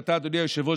אדוני היושב-ראש,